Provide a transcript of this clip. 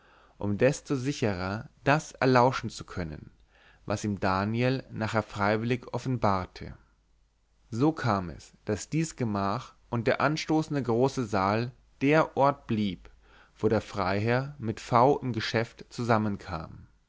um desto sicherer das erlauschen zu können was ihm daniel nachher freiwillig offenbarte so kam es daß dies gemach und der anstoßende große saal der ort blieb wo der freiherr mit v im geschäft zusammenkam